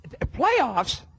Playoffs